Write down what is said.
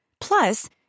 Plus